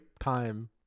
time